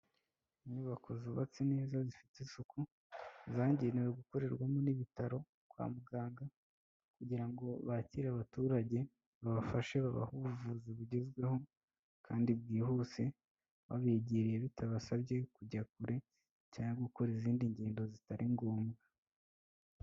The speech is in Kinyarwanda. Inyubako zubatse neza zifite isuku, zagenewe gukorerwamo n'ibitaro kwa muganga kugira ngo bakire abaturage, babafashe babahe ubuvuzi bugezweho kandi bwihuse babegereye, bitabasabye kujya kure cyangwa gukora izindi ngendo zitari ngombwa.